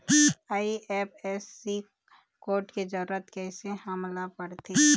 IFSC code के जरूरत कैसे हमन ला पड़थे?